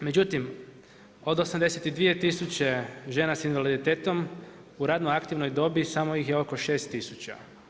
Međutim od 82 tisuće žena sa invaliditetom u radno aktivnoj dobi samo ih je oko 6000.